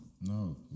No